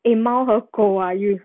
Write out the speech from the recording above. eh 猫和狗 ah you